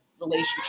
relationship